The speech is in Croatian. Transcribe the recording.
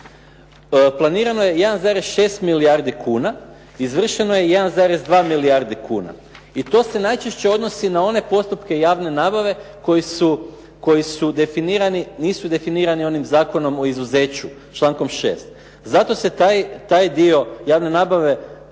planirano je 1,6 milijardi kuna, izvršeno je 1,2 milijardi kuna i to se najčešće odnosi na one postupke javne nabave koji nisu definirani onim Zakon o izuzeću, člankom 6. Zato se taj dio javne nabave